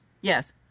Yes